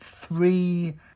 three